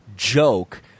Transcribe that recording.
Joke